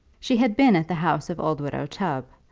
she had been at the house of old widow tubb,